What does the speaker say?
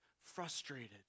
frustrated